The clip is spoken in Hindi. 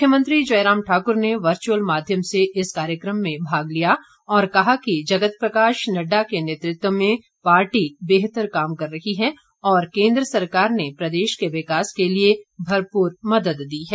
मुख्यमंत्री जयराम ठाकुर ने वर्चुअल माध्यम से इस कार्यक्रम में भाग लिया और कहा कि जगत प्रकाश नड्डा के नेतृत्व में पार्टी बेहतर काम कर रही है और केन्द्र सरकार ने प्रदेश के विकास के लिए भरपूर मदद दी है